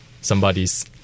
somebody's